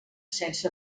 sense